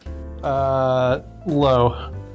Low